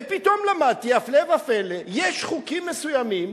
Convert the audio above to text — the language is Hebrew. ופתאום למדתי, הפלא ופלא, שיש חוקים מסוימים